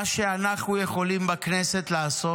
מה שאנחנו יכולים לעשות